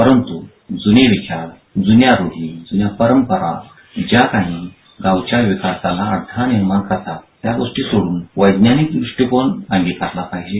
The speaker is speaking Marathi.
परंतू जुने विचार जुन्या रूढी जुन्या परंपरा ज्या काही गावच्या विकासाला अडथळा निर्माण करतात त्या गोष्टी सोड्रन वैज्ञानिक दुष्टीकोन अंगीकारला पाहिजे